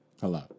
Hello